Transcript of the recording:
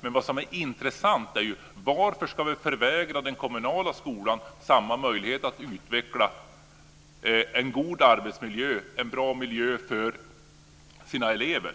Men det som är intressant är: Varför ska vi förvägra den kommunala skolan samma möjlighet att utveckla en god arbetsmiljö och en bra miljö för eleverna?